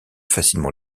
facilement